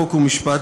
חוק ומשפט,